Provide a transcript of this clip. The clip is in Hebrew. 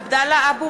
(קוראת בשמות חברי הכנסת) עבדאללה אבו